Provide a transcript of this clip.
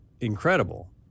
incredible